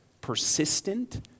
persistent